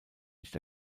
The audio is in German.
nicht